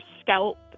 scalp